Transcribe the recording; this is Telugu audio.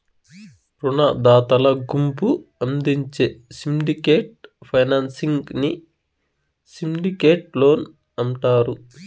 రునదాతల గుంపు అందించే సిండికేట్ ఫైనాన్సింగ్ ని సిండికేట్ లోన్ అంటారు